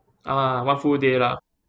ah one full day lah